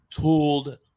tooled